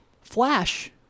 Flash